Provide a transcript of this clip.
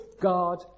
God